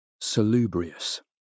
Salubrious